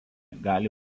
gali